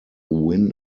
win